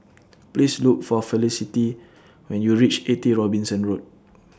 Please Look For Felicity when YOU REACH eighty Robinson Road